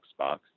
Xbox